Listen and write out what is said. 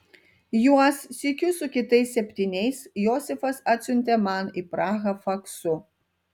juos sykiu su kitais septyniais josifas atsiuntė man į prahą faksu